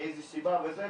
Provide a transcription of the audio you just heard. מאיזה סיבה וזה,